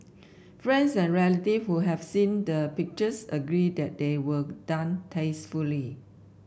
friends and relatives who have seen the pictures agree that they were done tastefully